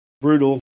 brutal